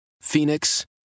Phoenix